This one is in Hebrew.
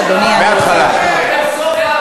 את המגיע לו.